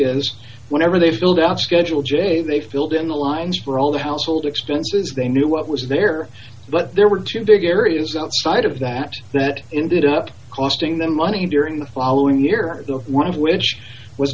leaders whenever they filled out schedule j they filled in the lines for all the household expenses they knew what was there but there were two big areas outside of that that ended up cost then money during the following year the one of which was